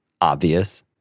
obvious